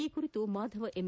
ಈ ಕುರಿತು ಮಾಧವ ಎಮ್